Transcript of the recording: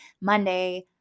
Monday